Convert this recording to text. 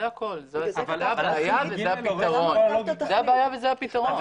זאת הבעיה וזה הפתרון.